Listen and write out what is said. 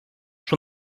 from